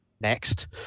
next